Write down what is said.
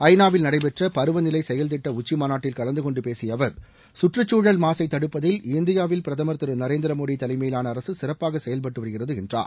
ஐநாவில் நடைபெற்ற பருவநிலை செயல்திட்ட உச்சிமாநாட்டில் கலந்து கொண்டு பேசிய அவர் கற்றுச்சூழல் மாசை தடுப்பதில் இந்தியாவில் பிரதமர் திரு நரேந்திர மோடி தலைமையிலான அரசு சிறப்பாக செயல்பட்டு வருகிறது என்றார்